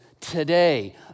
today